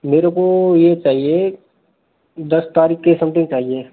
मेरे को ये चाहिए दस तारीख के सम्थिंग चाहिए